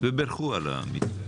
ובירכו עליו,